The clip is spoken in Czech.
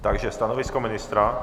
Takže stanovisko ministra?